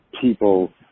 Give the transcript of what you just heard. people